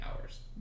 hours